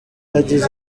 yagize